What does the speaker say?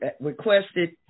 requested